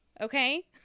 okay